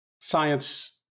science